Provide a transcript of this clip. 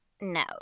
No